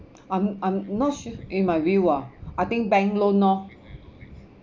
I'm I'm not su~ in my view ah I think bank loan lor